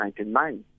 1999